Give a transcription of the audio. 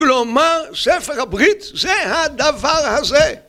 כלומר, ספר הברית זה הדבר הזה.